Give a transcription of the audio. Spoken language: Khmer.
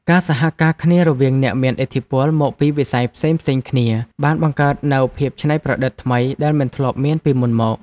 ការសហការគ្នារវាងអ្នកមានឥទ្ធិពលមកពីវិស័យផ្សេងៗគ្នាបានបង្កើតនូវភាពច្នៃប្រឌិតថ្មីដែលមិនធ្លាប់មានពីមុនមក។